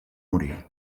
morir